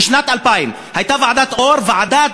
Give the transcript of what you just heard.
בשנת 2000 הייתה ועדת אור, ועדת